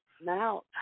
now